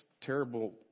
terrible